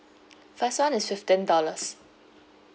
first one is fifteen dollars